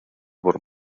por